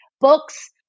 books